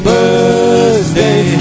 Birthday